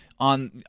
on